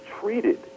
treated